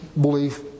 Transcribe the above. belief